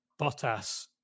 Bottas